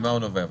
ממה הוא נובע?